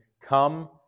come